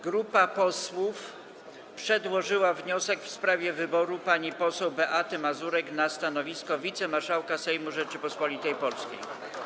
Grupa posłów przedłożyła wniosek w sprawie wyboru pani poseł Beaty Mazurek na stanowisko wicemarszałka Sejmu Rzeczypospolitej Polskiej.